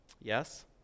yes